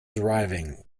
driving